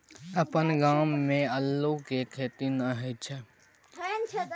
अपन गाम मे अल्लुक खेती नहि होए छै